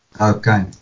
Okay